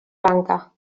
lanka